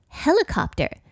helicopter